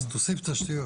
אז תוסיף תשתיות